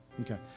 Okay